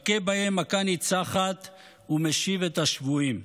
מכה בהם מכה ניצחת ומשיב את השבויים.